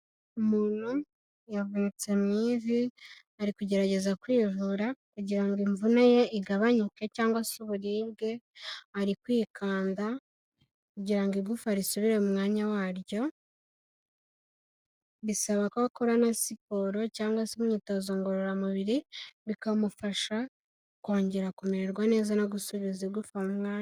Umuntu yavunitse mu ivi, ari kugerageza kwivura kugira ngo imvune ye igabanyuke cyangwa se uburibwe, ari kwikanda kugira ngo igufa risubire mu mwanya waryo, bisaba ko akora na siporo cyangwa se imyitozo ngororamubiri, bikamufasha kongera kumererwa neza no gusubiza igufa mu mwanya.